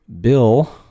Bill